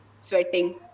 sweating